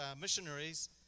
missionaries